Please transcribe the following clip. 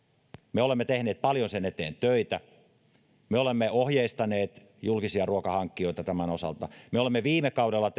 me olemme tehneet paljon sen eteen töitä me olemme ohjeistaneet julkisia ruokahankkijoita tämän osalta me olemme viime kaudella